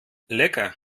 lecker